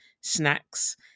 snacks